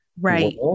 Right